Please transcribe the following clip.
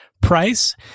Price